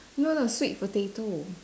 no no sweet potato